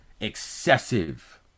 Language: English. excessive